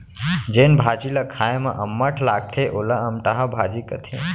जेन भाजी ल खाए म अम्मठ लागथे वोला अमटहा भाजी कथें